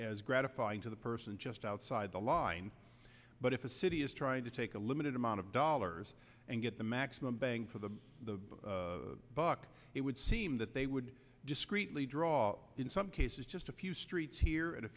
as gratifying to the person just outside the line but if a city is trying to take a limited amount of dollars and get the maximum bang for the buck it would seem that they would discreetly draw in some cases just a few streets here and a